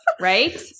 Right